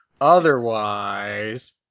Otherwise